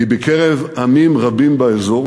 כי בקרב עמים רבים באזור